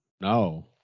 No